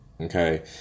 Okay